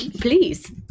Please